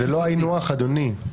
זה לא היינו הך, אדוני.